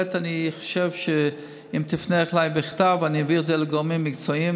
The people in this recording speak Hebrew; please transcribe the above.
בהחלט אני חושב שאם תפנה אליי בכתב אני אעביר את זה לגורמים מקצועיים.